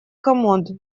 комод